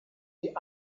die